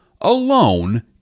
alone